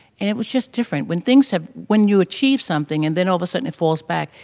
and it was just different. when things have when you achieve something and then all of a sudden it falls back,